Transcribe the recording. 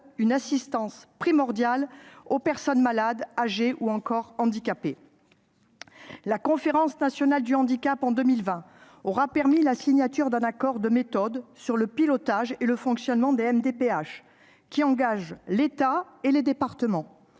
une assistance essentielle aux personnes malades, âgées ou handicapées. En 2020, la Conférence nationale du handicap a permis la signature d'un accord de méthode sur le pilotage et le fonctionnement des MDPH. Il engage l'État et les départements